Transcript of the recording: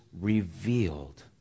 revealed